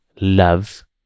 love